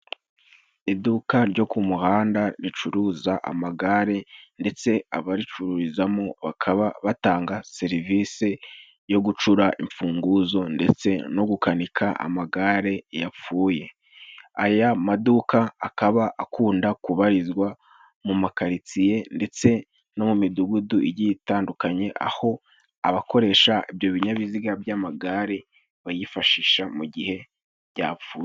Iduka ryo ku muhanda ricuruza amagare, ndetse abaricururizamo bakaba batanga serivise yogucura imfunguzo ndetse nogukanika amagare yapfuye. Aya maduka akaba akunda kubarizwa mu makaritsiye, ndetse no mu midugudu igiye itandukanye, aho abakoresha ibyo binyabiziga by’amagare bayifashisha mu gihe byapfuye."